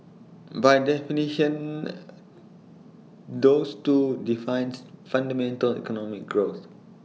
by definition those two defines fundamental economic growth